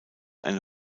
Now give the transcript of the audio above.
eine